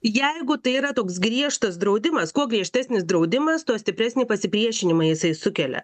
jeigu tai yra toks griežtas draudimas kuo griežtesnis draudimas tuo stipresnį pasipriešinimą jisai sukelia